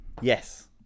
yes